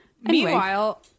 Meanwhile